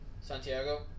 Santiago